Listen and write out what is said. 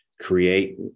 create